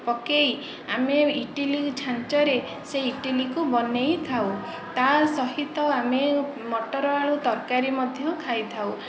ପକେଇ ଆମେ ଇଟିଲି ଛାଞ୍ଚରେ ସେ ଇଟିଲି କୁ ବନେଇଥାଉ ତା ସହିତ ଆମେ ମଟର ଆଳୁ ତରକାରି ମଧ୍ୟ ଖାଇଥାଉ